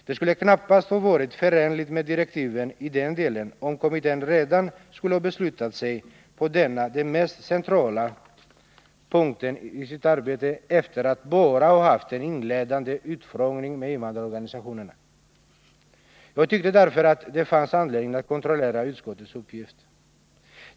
Det skulle knappast ha varit förenligt med direktiven i den delen om kommittén redan skulle ha beslutat sig på denna den mest centrala punkten i sitt arbete efter att bara ha haft en inledande utfrågning med invandrarorganisationerna. Jag tyckte därför att det fanns anledning att kontrollera utskottets uppgift.